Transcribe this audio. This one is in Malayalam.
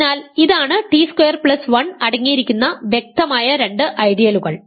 അതിനാൽ ഇതാണ് ടി സ്ക്വയർ പ്ലസ് 1 അടങ്ങിയിരിക്കുന്ന വ്യക്തമായ രണ്ട് ഐഡിയലുകൾ